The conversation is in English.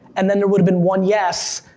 and then there would have been one yes,